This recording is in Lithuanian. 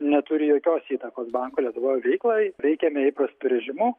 neturi jokios įtakos banko lietuvoj veiklai veikiame įprastu režimu